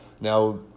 Now